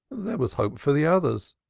there was hope for the others.